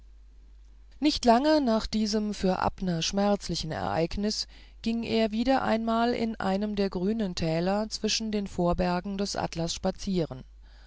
nicht lange nach diesem für abner schmerzlichen ereignis ging er wieder einmal in einem der grünen täler zwischen den vorbergen des atlas spazieren